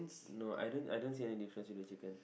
no I don't I don't see any difference in the chicken